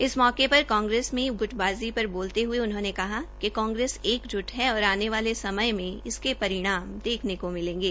इस मौके पर कांग्रेस में ग्टबाज़ी पर बोलते हये उन्होंने कहा कि कांग्रेस एकज्ट है और आने वाले समय में इसके परिणाम देखने को मिलेंगे